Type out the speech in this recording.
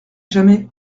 jamais